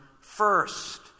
first